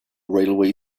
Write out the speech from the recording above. railway